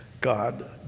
God